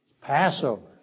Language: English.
Passover